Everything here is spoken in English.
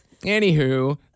Anywho